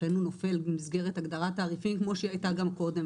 לכן הוא נופל במסגרת הגדרת תעריפים כמו שהיא הייתה גם קודם,